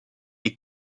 est